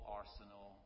arsenal